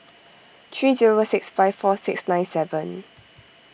three zero a six five four six nine seven